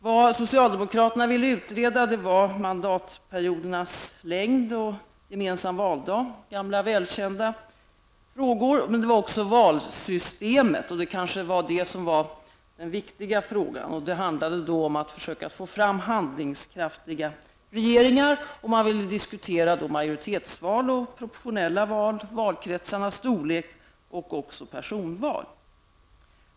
Vad socialdemokraterna ville utreda var mandatperiodernas längd och gemensam valdag, gamla välkända frågor. Men det var också valsystemet, och det var kanske den viktiga frågan. Det handlade om att försöka få fram handlingskraftiga regeringar, och man ville diskutera majoritetsval och proportionella val, valkretsarnas storlek och också personval.